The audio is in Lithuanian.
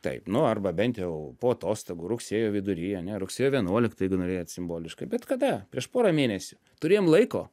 taip nu arba bent jau po atostogų rugsėjo vidury ane rugsėjo vienuoliktą jeigu norėjot simboliškai bet kada prieš porą mėnesių turėjom laiko